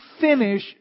finish